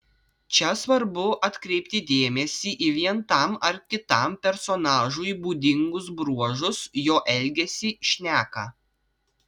čia svarbu atkreipti dėmesį į vien tam ar kitam personažui būdingus bruožus jo elgesį šneką